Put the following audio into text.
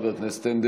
חבר הכנסת הנדל,